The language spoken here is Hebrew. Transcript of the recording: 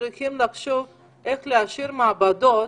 צריכים לחשוב איך להשאיר מעבדות,